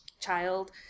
child